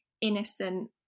innocent